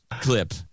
clip